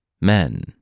Men